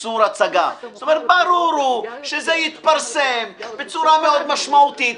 ברור הוא שזה יתפרסם בצורה מאוד משמעותית.